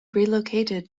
relocated